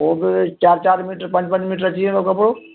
पोइ बि चारि चारि मीटर पंज पंज मीटर अची वेंदो कपिड़ो